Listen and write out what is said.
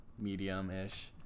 medium-ish